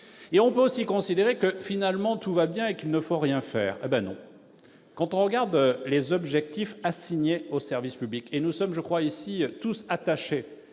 On peut aussi considérer que, finalement, tout va bien et qu'il ne faut rien faire. Eh bien non ! Quand on regarde les objectifs assignés au service public- nous sommes tous ici,